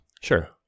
Sure